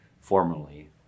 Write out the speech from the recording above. formally